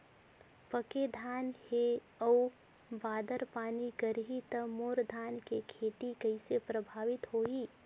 पके धान हे अउ बादर पानी करही त मोर धान के खेती कइसे प्रभावित होही?